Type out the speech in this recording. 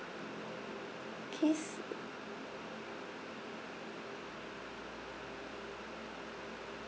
case